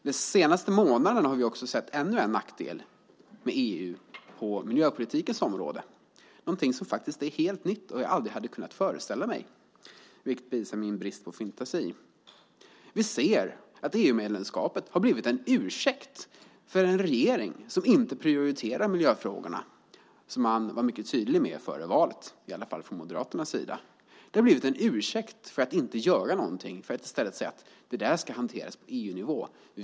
De senaste månaderna har vi sett ännu en nackdel med EU på miljöpolitikens område, något som faktiskt är helt nytt och som jag aldrig hade kunnat föreställa mig, vilket visar min brist på fantasi. Vi ser att EU-medlemskapet har blivit en ursäkt för en regering som inte prioriterar miljöfrågorna - som man var mycket tydlig med före valet, i alla fall från Moderaternas sida - för att inte göra någonting. I stället säger man: Det där ska hanteras på EU-nivå.